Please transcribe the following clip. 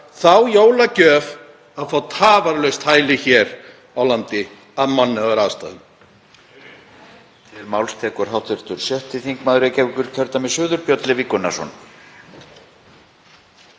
þá jólagjöf að fá tafarlaust hæli hér á landi af mannúðarástæðum.